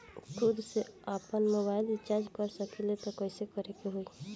खुद से आपनमोबाइल रीचार्ज कर सकिले त कइसे करे के होई?